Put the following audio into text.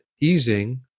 easing